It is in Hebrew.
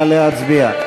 נא להצביע.